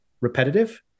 repetitive